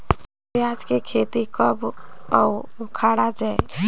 पियाज के खेती कब अउ उखाड़ा जायेल?